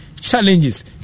challenges